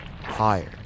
higher